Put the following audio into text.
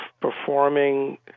performing